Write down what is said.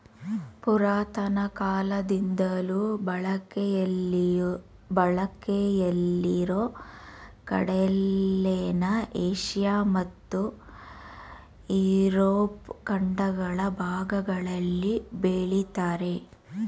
ಪುರಾತನ ಕಾಲದಿಂದಲೂ ಬಳಕೆಯಲ್ಲಿರೊ ಕಡಲೆನ ಏಷ್ಯ ಮತ್ತು ಯುರೋಪ್ ಖಂಡಗಳ ಭಾಗಗಳಲ್ಲಿ ಬೆಳಿತಾರೆ